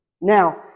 Now